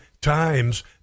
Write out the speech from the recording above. times